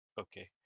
Okay